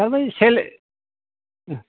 दा बै सेल ओं